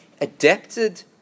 adapted